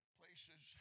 places